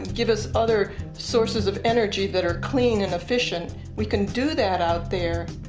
give us other sources of energy, that are clean and efficient. we can do that out there.